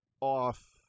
off